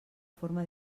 forma